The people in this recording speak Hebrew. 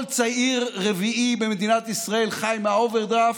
כל צעיר רביעי במדינת ישראל חי מהאוברדרפט,